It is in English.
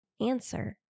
answer